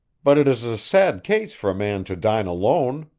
but it is a sad case for a man to dine alone,